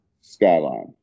skyline